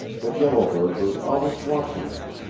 that yellow bird was always watching them,